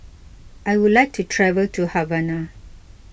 I would like to travel to Havana